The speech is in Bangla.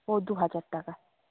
ও দুহাজার টাকা